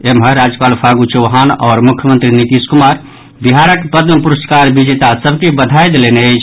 एम्हर राज्यपाल फागू चौहान आओर मुख्यमंत्री नीतीश कुमार बिहारक पद्म पुरस्कार विजेता सभ के बधाई देलनि अछि